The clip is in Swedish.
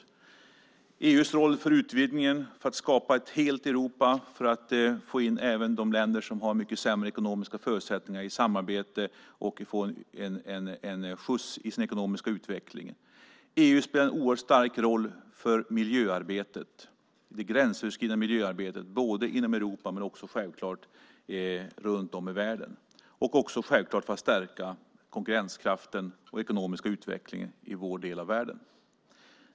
Vidare har vi EU:s roll för utvidgningen, för att skapa ett helt Europa, för att få in även de länder som har sämre ekonomiska förutsättningar i samarbetet och för att ge dem en skjuts i den ekonomiska utvecklingen. EU spelar en oerhört stark roll för det gränsöverskridande miljöarbetet både inom Europa och runt om i världen, och EU spelar självklart en roll för att stärka konkurrenskraften och den ekonomiska utvecklingen i vår del av världen.